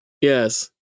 Yes